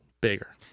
bigger